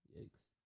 Yikes